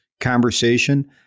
conversation